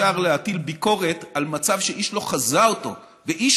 ישר להטיל ביקורת על מצב שאיש לא חזה אותו ואיש